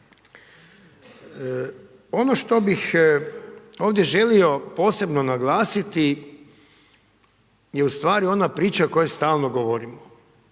Ono što bih ovdje želio posebno naglasiti je ustvari ona priča o kojoj stalno govorimo